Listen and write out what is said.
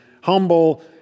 humble